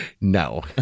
No